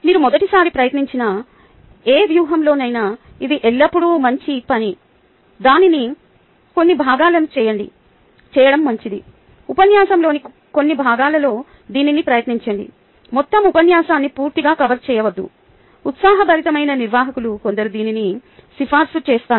మీరు మొదటిసారి ప్రయత్నించిన ఏ వ్యూహంలోనైనా ఇది ఎల్లప్పుడూ మంచి పని దానిలో కొన్ని భాగాలను చేయడం మంచిది ఉపన్యాసంలోని కొన్ని భాగాలలో దీనిని ప్రయత్నించండి మొత్తం ఉపన్యాసాన్ని పూర్తిగా కవర్ చేయవద్దు ఉత్సాహభరితమైన నిర్వాహకులు కొందరు దీనిని సిఫార్సు చేస్తారు